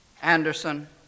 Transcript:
Anderson